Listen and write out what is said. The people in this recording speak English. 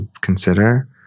consider